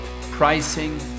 pricing